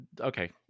okay